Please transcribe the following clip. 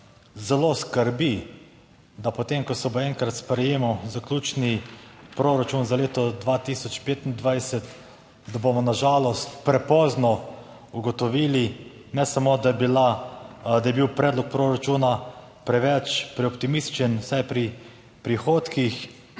zelo skrbi, da potem, ko se bo enkrat sprejemal zaključni proračun za leto 2025, da bomo na žalost prepozno ugotovili, ne samo, da je bil predlog proračuna preveč preoptimističen, vsaj pri prihodkih,